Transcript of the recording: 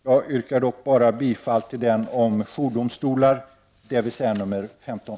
Jag yrkar dock bara bifall till den reservation som handlar om jourdomstolar, dvs. nr 15.